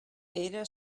era